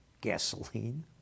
gasoline